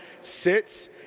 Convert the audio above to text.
sits